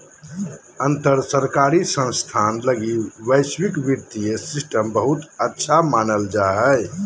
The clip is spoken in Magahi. अंतर सरकारी संस्थान लगी वैश्विक वित्तीय सिस्टम बहुते अच्छा मानल जा हय